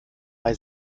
bei